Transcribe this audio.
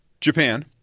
Japan